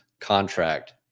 contract